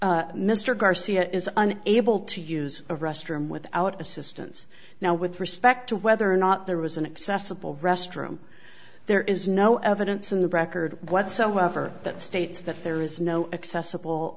fact mr garcia is an able to use a restroom without assistance now with respect to whether or not there was an accessible restroom there is no evidence in the record whatsoever that states that there is no accessible